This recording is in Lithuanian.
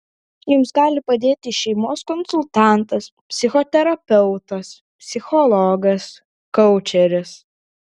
jums gali padėti šeimos konsultantas psichoterapeutas psichologas koučeris